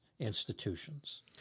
institutions